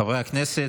חברי הכנסת,